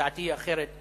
דעתי היא אחרת,